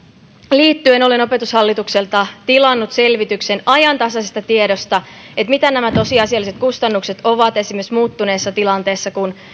liittyen olen opetushallitukselta tilannut selvityksen ajantasaisesta tiedosta mitä nämä tosiasialliset kustannukset ovat esimerkiksi muuttuneessa tilanteessa kun